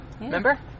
Remember